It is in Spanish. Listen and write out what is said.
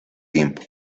tiempo